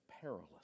perilous